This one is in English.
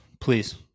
please